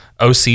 OC